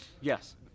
Yes